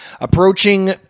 approaching